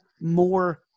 more